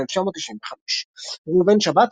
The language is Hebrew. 1995. ראובן שבת,